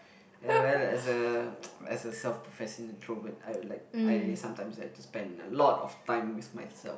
and then as a as a self professing introvert I would like I sometimes like to spend a lot of time with myself